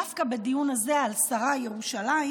דווקא בדיון הזה על שר ירושלים,